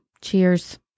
Cheers